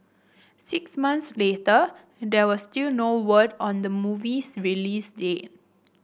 six months later there was still no word on the movie's release date